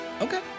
Okay